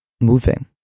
moving